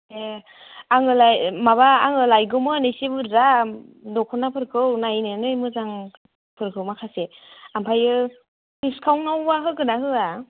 एह आङोलाय माबा आङो लायगौमोन इसे बुरजा दखनाफोरखौ नायनानै मोजांफोरखौ माखासे ओमफ्राय दिसकाउन्टावबा होगोन ना होआ